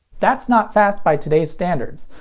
that's not fast by today's standards,